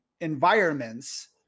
environments